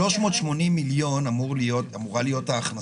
אם 380 מיליון שקלים בשנה,